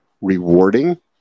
Rewarding